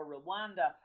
Rwanda